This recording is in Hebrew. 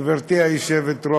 גברתי היושבת-ראש,